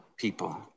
People